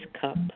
cup